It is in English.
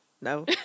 no